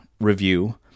review